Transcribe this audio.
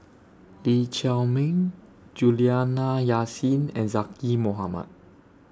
Lee Chiaw Meng Juliana Yasin and Zaqy Mohamad